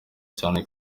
cyane